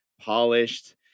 polished